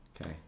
Okay